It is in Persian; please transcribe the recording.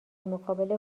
مقابل